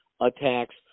attacks